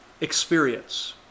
experience